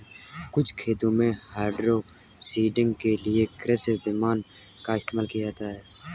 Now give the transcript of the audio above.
कुछ खेतों में हाइड्रोसीडिंग के लिए कृषि विमान का इस्तेमाल किया जाता है